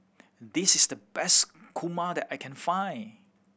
this is the best kurma that I can find